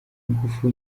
ingufu